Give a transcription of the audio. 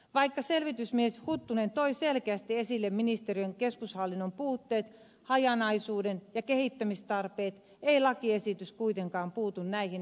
vaikka selvitysmies huttunen toi selkeästi esille ministeriön keskushallinnon puutteet hajanaisuuden ja kehittämistarpeet ei lakiesitys kuitenkaan puutu näihin epäkohtiin